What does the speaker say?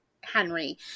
Henry